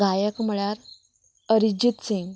गायक म्हळ्यार अरिजीत सिंग